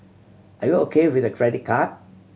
are you O K with a credit card